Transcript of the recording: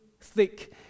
thick